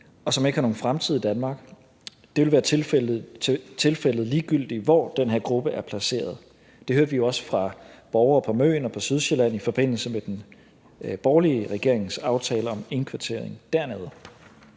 og som ikke har nogen fremtid i Danmark. Det ville være tilfældet, ligegyldigt hvor den her gruppe er placeret. Det hørte vi også fra borgere på Møn og på Sydsjælland i forbindelse med den borgerlige regerings aftale om indkvartering